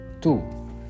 Two